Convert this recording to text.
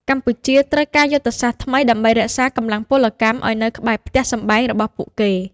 កម្ពុជាត្រូវការយុទ្ធសាស្ត្រថ្មីដើម្បីរក្សាកម្លាំងពលកម្មឱ្យនៅក្បែរផ្ទះសម្បែងរបស់ពួកគេ។